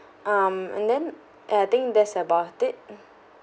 um and then and I think that's about it